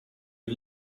you